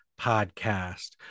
podcast